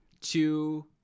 two